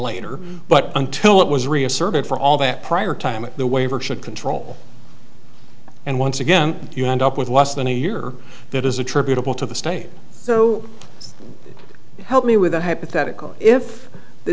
later but until it was reasserted for all that prior time the waiver should control and once again you end up with less than a year that is attributable to the state so help me with that hypothetical if the